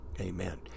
amen